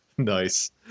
nice